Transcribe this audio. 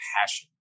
passion